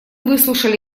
выслушали